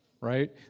right